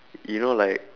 you know like